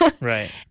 Right